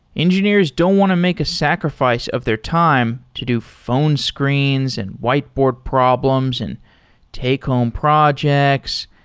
engineers don't want to make a sacrifice of their time to do phone screens, and whiteboard problems and take-home projects.